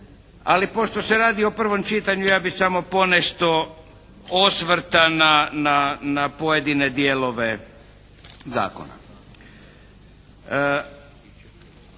ali pošto se radi o prvom čitanju ja bih samo ponešto osvrta na pojedine dijelove zakona.